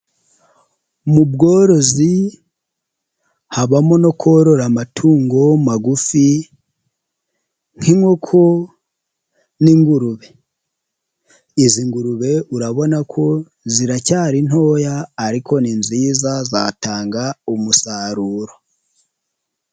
Mu bworozi habamo no korora amatungo magufi nk'inkoko n'ingurube. Izi ngurube urabona ko ziracyari ntoya ariko ni nziza zatanga umusaruro.